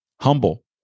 Humble